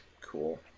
cool